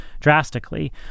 drastically